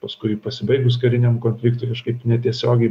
paskui pasibaigus kariniam konfliktui kažkaip netiesiogiai